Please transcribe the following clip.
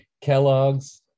Kellogg's